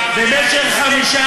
במשך חמישה